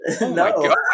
No